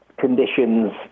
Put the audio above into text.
conditions